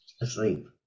Asleep